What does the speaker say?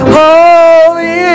holy